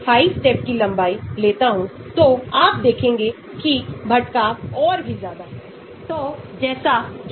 तो इलेक्ट्रॉन वापस लेने वाला समूह संतुलन यहां Kx KH में स्थानांतरित हो गयातो सिग्मा एक सकारात्मक मूल्य है